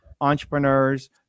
entrepreneurs